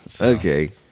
okay